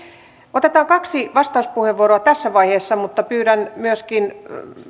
otetaan kaksi vastauspuheenvuoroa tässä vaiheessa mutta pyydän myöskin